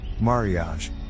Mariage